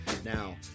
Now